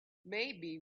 maybe